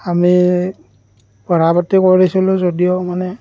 আমি পঢ়া পাতি কৰিছিলোঁ যদিও মানে